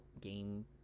game